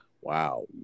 Wow